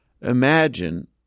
Imagine